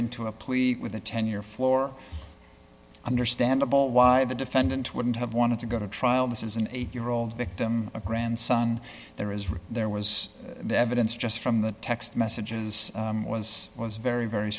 into a plea with a ten year floor understandable why the defendant wouldn't have wanted to go to trial this is an eight year old victim a grandson there is right there was the evidence just from the text messages was was very very